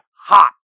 hot